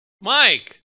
Mike